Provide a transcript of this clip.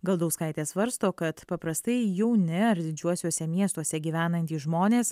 galdauskaitė svarsto kad paprastai jauni ar didžiuosiuose miestuose gyvenantys žmonės